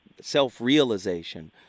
self-realization